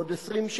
ועוד 20 שם,